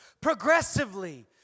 progressively